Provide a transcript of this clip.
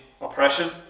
oppression